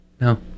No